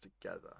together